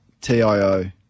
TIO